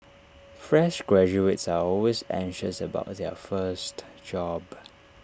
fresh graduates are always anxious about their first job